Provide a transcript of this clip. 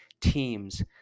teams